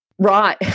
Right